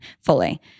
fully